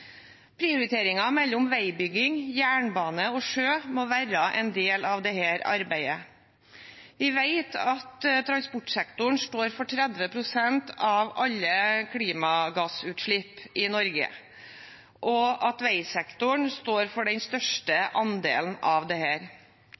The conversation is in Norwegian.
mellom veibygging, jernbane og sjø må være en del av dette arbeidet. Vi vet at transportsektoren står for 30 pst. av alle klimagassutslipp i Norge, og at veisektoren står for den største